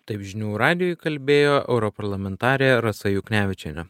taip žinių radijui kalbėjo europarlamentarė rasa juknevičienė